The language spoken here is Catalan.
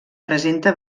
presenta